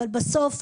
אבל בסוף,